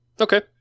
Okay